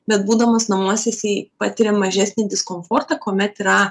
bet būdamas namuose jisai patiria mažesnį diskomfortą kuomet yra